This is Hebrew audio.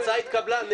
ההצעה התקבלה.